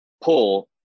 pull